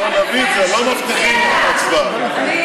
לא מבטיחים לך הצבעה.